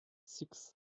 six